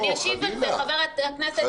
אני אשיב על זה, חבר הכנסת גינזבורג.